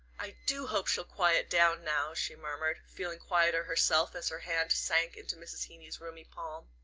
i do hope she'll quiet down now, she murmured, feeling quieter herself as her hand sank into mrs. heeny's roomy palm.